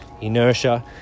Inertia